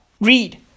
Read